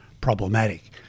problematic